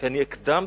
אחרי הדברים